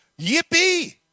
yippee